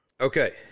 okay